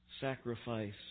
sacrifice